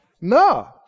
No